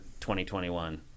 2021